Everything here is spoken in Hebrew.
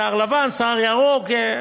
שיער לבן, שיער ירוק.